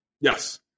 Yes